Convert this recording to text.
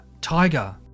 tiger